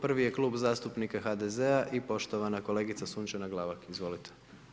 Prvi je klub zastupnika HDZ-a i poštovana kolegica Sunčana Glavak, izvolite.